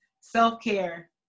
self-care